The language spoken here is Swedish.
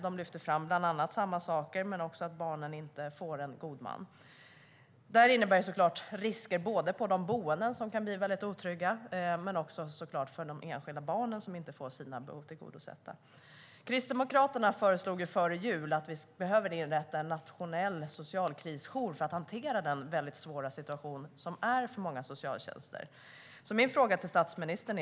I rapporten lyfts bland annat samma saker fram men också att barn inte får en god man. Det här innebär såklart risker, på boenden som kan bli otrygga men även för de enskilda barnen som inte får sina behov tillgodosedda. Kristdemokraterna föreslog före jul att vi behöver inrätta en nationell socialkrisjour för att hantera den svåra situation som många socialtjänster har.